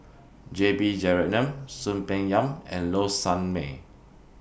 J B Jeyaretnam Soon Peng Yam and Low Sanmay